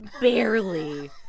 barely